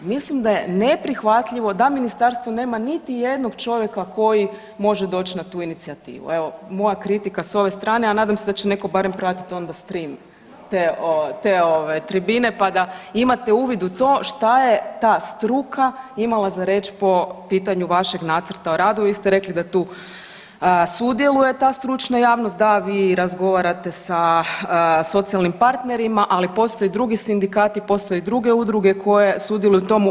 Mislim da je neprihvatljivo da ministarstvo nema niti jednog čovjeka koji može doći na tu inicijativu, evo moja kritika s ove strane, a nadam se da će netko barem pratiti onda stream te ovaj tribine, pa da imate ovaj uvid u to šta je ta struka imala za reći po pitanju vašeg nacrta o radu, vi ste rekli da tu sudjeluje ta stručna javnost, da vi razgovarate sa socijalnim partnerima, ali postoje drugi sindikati, postoje druge udruge koje sudjeluju u tome.